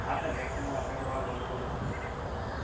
ಆತರ್ next ತಿಂಗ್ಳ ಹದಿನೈದರೊಳಗೆ ಹೊಲ್ದು ಕೊಡ್ಲಿಕ್ಕ